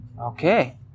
Okay